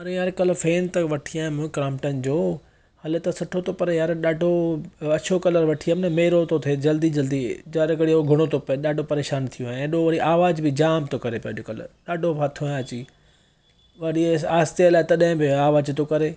अड़े यार काल्हि फैन त वठी आयमि क्राम्पटन जो हले त सुठो थो पर यारु ॾाढो अछो कलर वठी आयमि मेरो थो थिए जल्दी जल्दी जाड़ो घणो त पिए ॾाढो परेशान थी वियो आहियां हेॾो वरी आवाज़ु ॿि जामु थो करे अॼु कल्ह ॾाढो फातो आहियां अची वरी आहिस्ते हलायां त तॾहिं ॿि आवाजु़ थो करे